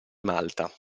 malta